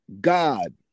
god